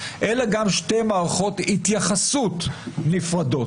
אלא גם שתי מערכות התייחסות נפרדות,